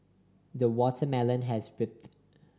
the watermelon has